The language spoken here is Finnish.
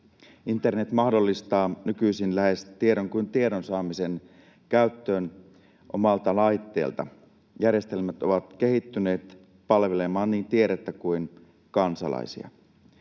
Internet mahdollistaa nykyisin lähes tiedon kuin tiedon saamisen käyttöön omalta laitteelta. Järjestelmät ovat kehittyneet palvelemaan niin tiedettä kuin kansalaisia.